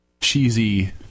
cheesy